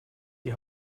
die